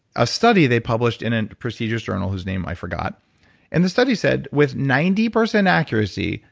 a study they published in a procedure's journal whose name i forgot and the study said with ninety percent accuracy,